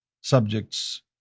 subjects